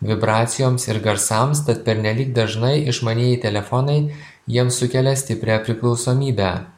vibracijoms ir garsams tad pernelyg dažnai išmanieji telefonai jiems sukelia stiprią priklausomybę